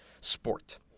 sport